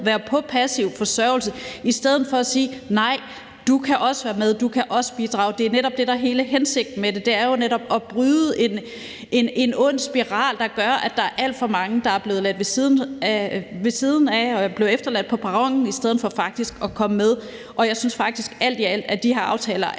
være på passiv forsørgelse i stedet for at sige: Nej, du kan også være med; du kan også bidrage. Det er netop det, der er hele hensigten med det. Det er jo netop at bryde en ond spiral, der gør, at der er alt for mange, der er blevet ladt i stikken og er blevet efterladt på perronen i stedet for faktisk at komme med. Og jeg synes faktisk alt i alt, at de her aftaler er